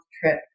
trip